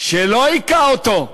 שלא הכה אותו,